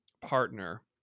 partner